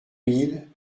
mille